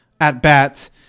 at-bats